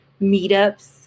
meetups